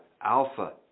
alpha